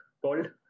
called